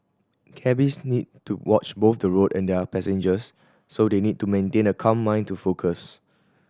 cabbies need to watch both the road and their passengers so they need to maintain a calm mind to focus